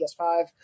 PS5